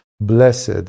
Blessed